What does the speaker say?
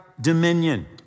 dominion